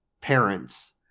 parents